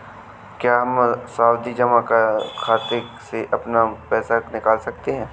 क्या हम सावधि जमा खाते से अपना पैसा निकाल सकते हैं?